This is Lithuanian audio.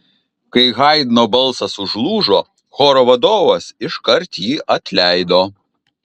kai haidno balsas užlūžo choro vadovas iškart jį atleido